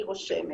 אני רושמת.